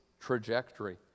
trajectory